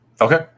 Okay